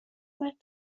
مرد